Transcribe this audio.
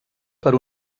per